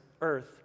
earth